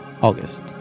August